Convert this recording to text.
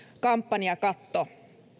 kampanjakatto